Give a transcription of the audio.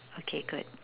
okay good